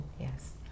yes